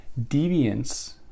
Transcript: Deviance